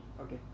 Okay